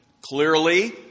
Clearly